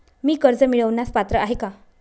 मी कर्ज मिळवण्यास पात्र आहे का?